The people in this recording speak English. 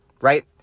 Right